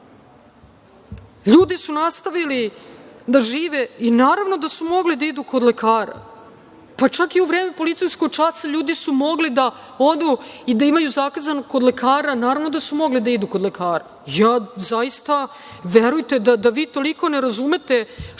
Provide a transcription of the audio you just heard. su nastavili da žive i naravno da su mogli da idu kod lekara. Pa čak i u vreme policijskog časa, ljudi su mogli da odu i da imaju zakazano kod lekara. Naravno da su mogli da idu kod lekara. Da vi toliko ne razumete